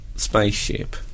Spaceship